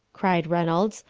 cried reynolds,